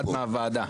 אחד מהוועדה.